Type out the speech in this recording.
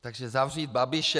Takže zavřít Babiše.